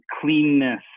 cleanness